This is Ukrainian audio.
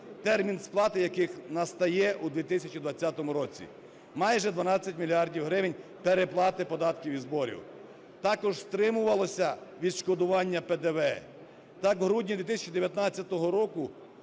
термін сплати яких настає у 2020 році. Майже 12 мільярдів гривень – переплати податків і зборів. Також стримувалося відшкодування ПДВ. Так, в грудні 2019 року